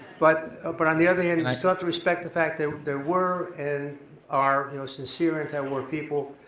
but but on the other hand, and i sought to respect the fact there there were and are you know sincere antiwar people.